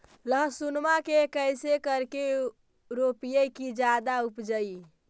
लहसूनमा के कैसे करके रोपीय की जादा उपजई?